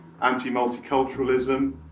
anti-multiculturalism